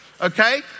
Okay